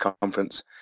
conference